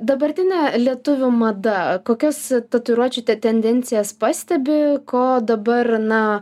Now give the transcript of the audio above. dabartinė lietuvių mada kokias tatuiruočių te tendencijas pastebi ko dabar na